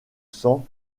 sang